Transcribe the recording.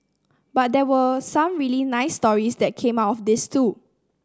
but there were some really nice stories that came off this too